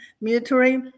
military